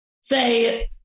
say